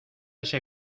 ese